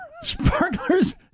Sparklers